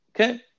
Okay